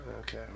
Okay